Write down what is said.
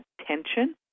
attention